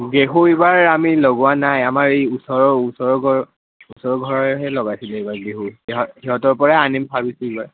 গেহু এইবাৰ আমি লগোৱা নাই আমাৰ এই ওচৰৰ ওচৰৰ ঘৰৰ ওচৰৰ ঘৰৰহে লগাইছিলে এইবাৰ গেহু সিহঁতৰপৰাই আনিম ভাবিছোঁ এইবাৰ